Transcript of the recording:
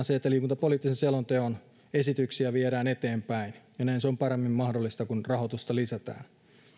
se että liikuntapoliittisen selonteon esityksiä viedään eteenpäin ja näin se on paremmin mahdollista kun rahoitusta lisätään